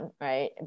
right